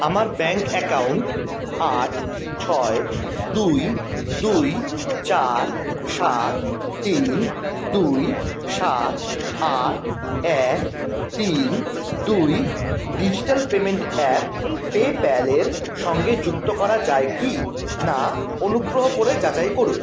আমার bank account আট ছয় দুই দুই চার সাত তিন দুই সাত আট এক তিন দুই ডিজিটাল পেমেন্ট অ্যাপ পেপ্যালের সঙ্গে যুক্ত করা যায় কি না অনুগ্রহ করে যাচাই করুন